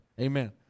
Amen